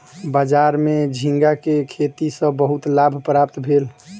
बजार में झींगा के खेती सॅ बहुत लाभ प्राप्त भेल